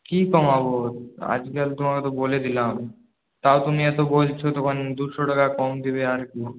কী কমাব আজকাল তোমাকে তো বলে দিলাম তাও তুমি এত বলছ তখন দুশো টাকা কম দেবে আর কি